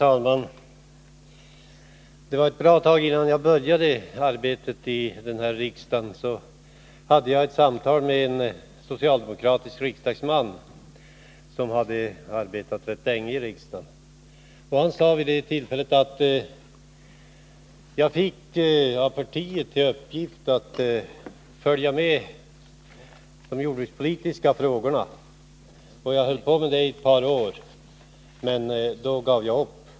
Herr talman! Ett bra tag innan jag började mitt arbete i riksdagen hade jag ett samtal med en socialdemokratisk riksdagsman som då hade arbetat rätt länge i riksdagen. Han sade vid det tillfället att han av sitt parti hade fått till uppgift att följa de jordbrukspolitiska frågorna. Han höll på med det i ett par år, men sedan gav han upp.